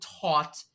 taught